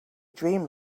dream